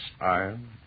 Iron